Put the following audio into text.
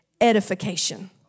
edification